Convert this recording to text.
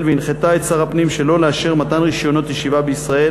והנחתה את שר הפנים שלא לאשר מתן רישיונות ישיבה בישראל,